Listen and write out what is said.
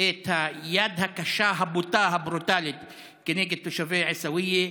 את היד הקשה, הבוטה והברוטלית נגד תושבי עיסאוויה,